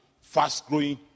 fast-growing